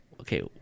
okay